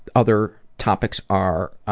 other topics are